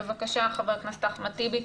בבקשה חבר הכנסת אחמד טיבי.